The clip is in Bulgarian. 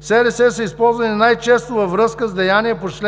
СРС са използвани най-често във връзка с деяния по чл.